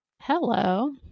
Hello